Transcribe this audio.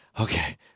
okay